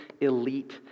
elite